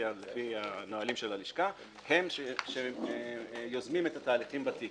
לפי הנהלים של הלשכה הם שיוזמים את התהליכים בתיק.